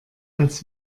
als